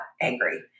angry